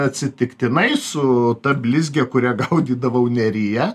atsitiktinai su ta blizge kuria gaudydavau neryje